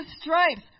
stripes